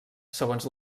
segons